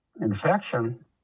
infection